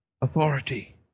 authority